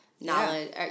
knowledge